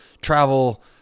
travel